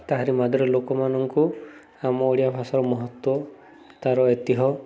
ତାହାରି ମଧ୍ୟରେ ଲୋକମାନଙ୍କୁ ଆମ ଓଡ଼ିଆ ଭାଷାର ମହତ୍ତ୍ଵ ତା'ର ଐତିହ୍ୟ